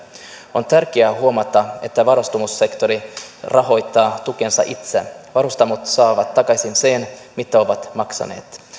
on tärkeää huomata että varustamosektori rahoittaa tukensa itse varustamot saavat takaisin sen mitä ovat maksaneet